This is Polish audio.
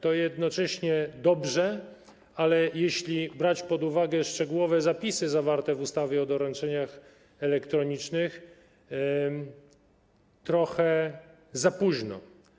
To dobrze, ale jeśli brać pod uwagę szczegółowe zapisy zawarte w ustawie o doręczeniach elektronicznych, trochę za późno.